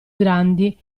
grandi